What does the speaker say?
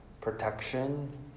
protection